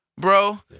bro